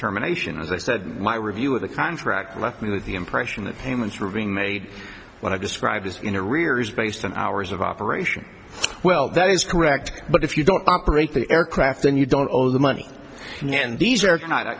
germination as i said my review of the contract left me with the impression that payments were being made when i described it in the rear is based on hours of operation well that is correct but if you don't operate the aircraft then you don't owe the money and these are not